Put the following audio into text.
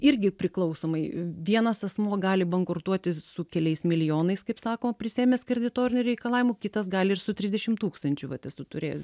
irgi priklausomai vienas asmuo gali bankrutuoti su keliais milijonais kaip sako prisiėmęs kerditorinių reikalavimų kitas gali ir su trisdešim tūkstančių vat esu turėjus